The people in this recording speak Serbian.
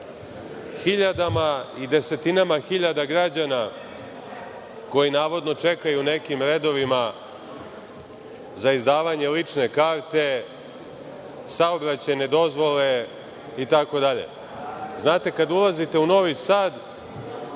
hiljadama i desetinama hiljada građana, koji navodno čekaju u nekim redovima za izdavanje lične karte, saobraćajne dozvole, itd. Znate, kad ulazite u Novi Sad,